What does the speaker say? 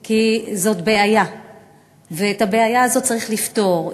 כי זאת בעיה, ואת הבעיה הזאת צריך לפתור.